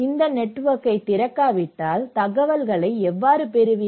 இந்த நெட்வொர்க்கைத் திறக்காவிட்டால் தகவலை எவ்வாறு பெறுவீர்கள்